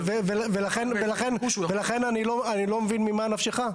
ולכן אני לא מבין ממה נפשך.